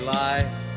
life